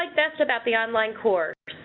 like best about the online course?